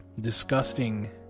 disgusting